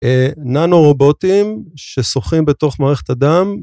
ננו רובוטים ששוחים בתוך מערכת הדם.